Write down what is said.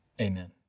Amen